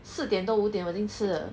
四点多五点我已经吃了